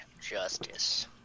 Justice